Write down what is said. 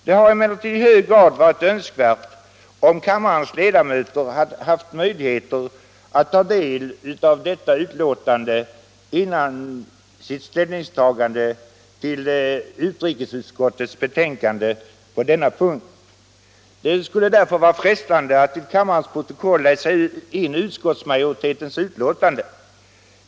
Det hade emellertid varit i hög grad önskvärt om kammarens ledamöter hade haft möjligheter att ta del av detta betänkande före sitt ställningstagande till utrikesutskottets betänkande på denna punkt. Det skulle därför vara frestande att i kammarens protokoll läsa in utskottsmajoritetens skrivning.